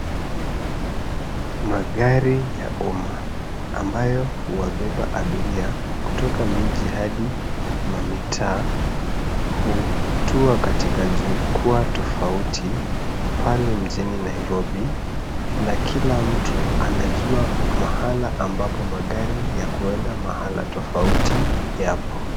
Magari ya umma amabyo huwabeba abiria kutoka miji hadi mamitaa hutua katika jukua tafauti pale mjini Nairobi na kila mtu anajua mahali ambapo magari ya kuenda mahali tafauti tafauti yapo.